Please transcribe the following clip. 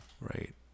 Right